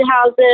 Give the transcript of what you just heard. houses